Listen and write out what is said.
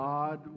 God